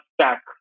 stack